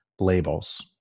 labels